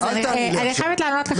אני חייבת לענות.